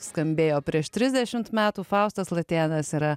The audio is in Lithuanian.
skambėjo prieš trisdešimt metų faustas latėnas yra